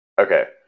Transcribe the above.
okay